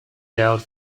jailed